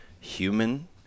human